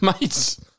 mates